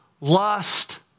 lust